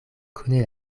kune